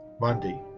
monday